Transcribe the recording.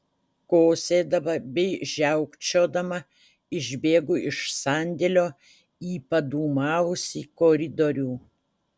kosėdama bei žiaukčiodama išbėgu iš sandėlio į padūmavusį koridorių